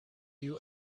you